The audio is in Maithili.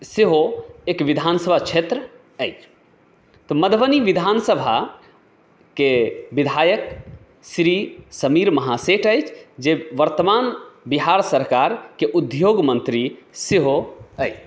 सेहो एक विधान सभा क्षेत्र अछि तऽ मधुबनी विधान सभाके विधायक श्री समीर महासेठ अछि जे वर्तमान बिहार सरकारके उद्योग मन्त्री सेहो अछि